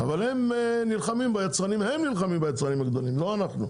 אבל הם נלחמים ביצרנים הגדולים, לא אנחנו.